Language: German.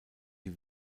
die